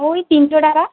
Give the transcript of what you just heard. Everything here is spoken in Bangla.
ওই তিনশো টাকা